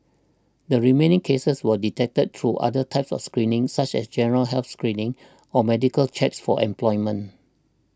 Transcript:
the remaining cases were detected through other types of screening such as general health screening or medical checks for employment